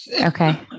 Okay